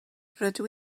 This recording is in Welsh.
rydw